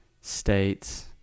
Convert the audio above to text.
states